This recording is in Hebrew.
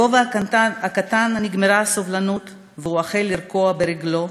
לווה הקטן נגמרה הסבלנות והוא החל לרקוע ברגלו,